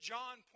John